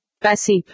Passive